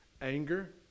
anger